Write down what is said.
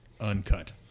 uncut